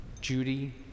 Judy